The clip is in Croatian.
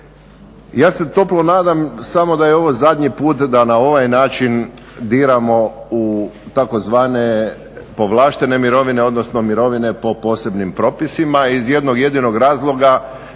Ja se toplo nadam samo da je ovo zadnji puta da na ovaj način diramo u tzv. povlaštene mirovine, odnosno mirovine po posebnim propisima iz jednog jedinog razloga